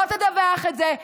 לא תדווח את זה.